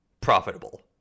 profitable